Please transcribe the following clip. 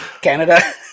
Canada